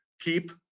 Keep